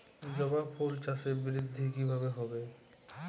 জবা ফুল চাষে বৃদ্ধি কিভাবে হবে?